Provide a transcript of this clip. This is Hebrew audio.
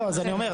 לא, אז אני אומר.